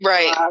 Right